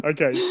Okay